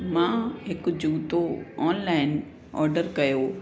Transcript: मां हिक जूतो ऑनलाइन ऑडर कयो